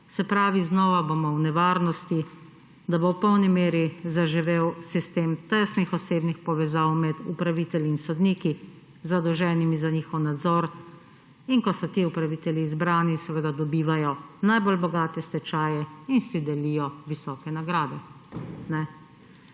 Se pravi, znova bomo v nevarnosti, da bo v polni meri zaživel sistem tesnih osebnih povezav med upravitelji in sodniki, zadolženimi za njihov nadzor. In ko so ti upravitelji zbrani seveda dobivajo najbolj bogate stečaje in si delijo visoke nagrade.